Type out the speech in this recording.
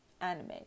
anime